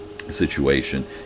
situation